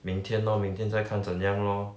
明天 lor 明天再看怎样 lor